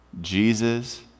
Jesus